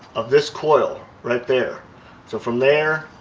of this coil, right there so from there,